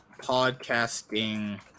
podcasting